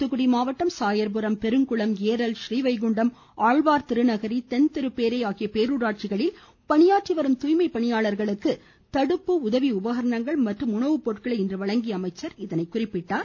தூத்துக்குடி மாவட்டம் சாயா்புரம் பெருங்குளம் ஏரல் ஸ்ரீவைகுண்டம் ஆழ்வார் திருநகரி தென்திருப்பேறை ஆகிய பேரூராட்சிகளில் பணியாற்றிவரும் தூய்மை பணியாளர்களுக்கு தடுப்பு உதவி உபகரணங்கள் மற்றும் உணவுப்பொருட்களை இன்று வழங்கிய அவர் இதனை தெரிவித்தார்